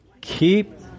Keep